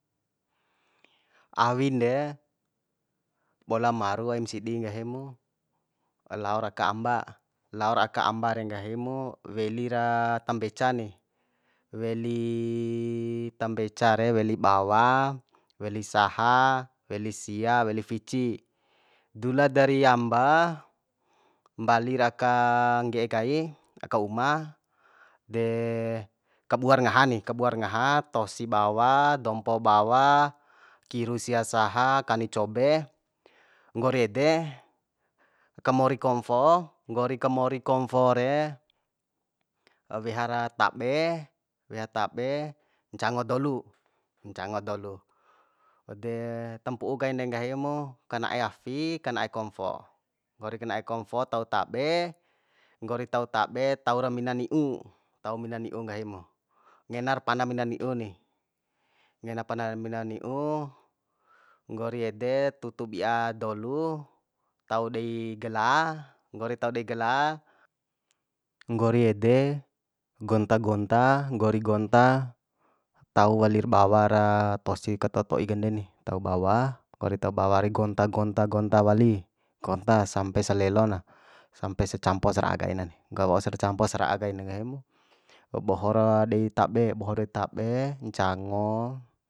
Awin de bola maru aim sidi nggahi mu laor aka amba laor aka amba re nggahimu weli ra tambeca ni weli tambeca re weli bawa weli saha weli sia weli fici dula dari amba mbalira aka ngge'e kai aka uma de kabuara ngaha ni kabuar ngaha tosi bawa dompo bawa kiru sia saha kani cobe nggori ede kamori komfo nggori kamori kangfo re weha ra tabe weha tabe ncango dolu ncango dolu de tampu'u kain de nggahi mu kana'e afi kana'e konfo nggori kana'e komfo tau tabe nggori tau tabe taura mina ni'u tau mina ni'u nggahimu ngenar pana mina ni'u ni ngena pana mina ni'u nggori ede tutu bi'a dolu tau dei gala nggori tau dei gala nggori ede gonta gonta nggori gonta tau walir bawa ra tosi ka toto'i kande ni tau bawa nggori tau bawa re gonta gonta gonta wali gonta sampesa lelo na sampesa campo sara'a kaina ni waursa campo sara'a kai re nggahimu boho ra dei tabe boho dei tabe ncango